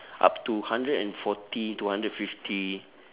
up to hundred and forty to hundred fifty